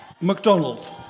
McDonald's